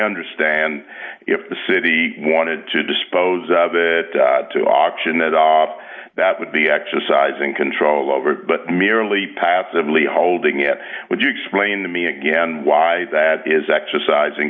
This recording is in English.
understand if the city wanted to dispose of it to auction it off that would be exercising control over but merely passively holding it would you explain to me again why that is exercising